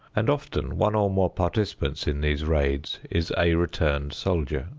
and often one or more participants in these raids is a returned soldier.